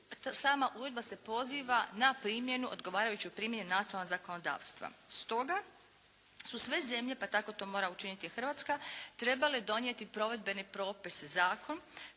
sada uredba se poziva na primjenu, odgovarajuću primjenu nacionalnog zakonodavstva. Stoga su sve zemlje, pa tako to mora učiniti i Hrvatska trebale donijeti provedbeni propis, zakon